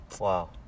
Wow